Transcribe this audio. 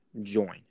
join